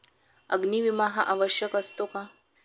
अग्नी विमा हा आवश्यक असतो का?